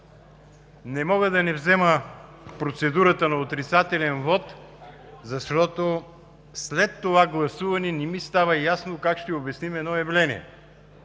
Не мога да не взема процедурата на отрицателен вот, защото след това гласуване не ми става ясно как ще обясним едно явление.